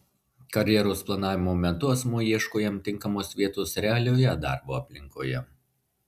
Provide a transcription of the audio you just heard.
karjeros planavimo metu asmuo ieško jam tinkamos vietos realioje darbo aplinkoje